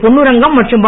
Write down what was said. பொன்னுரங்கம் மற்றும் வ